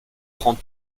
prend